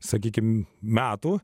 sakykime metų